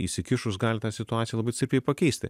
įsikišus gali tą situaciją labai stipriai pakeisti